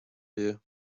here